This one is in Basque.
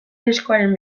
diskoaren